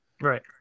right